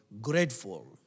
grateful